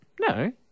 No